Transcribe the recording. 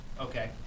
Okay